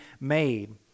made